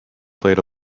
playing